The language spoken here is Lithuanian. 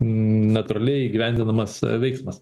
natūraliai įgyvendinamas veiksmas